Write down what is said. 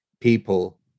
people